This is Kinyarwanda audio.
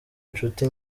inshuti